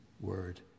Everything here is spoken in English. word